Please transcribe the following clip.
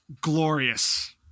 glorious